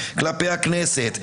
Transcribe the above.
הפוך, זה אושר בכנסת.